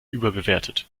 überbewertet